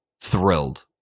thrilled